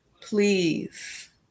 please